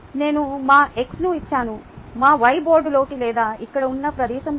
నేను మా x ను ఇచ్చాను మా y బోర్డులోకి లేదా ఇక్కడ ఉన్న ప్రదేశంలోకి